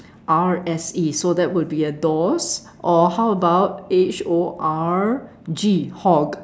R S E so that would be a dorse or how about H O R G horg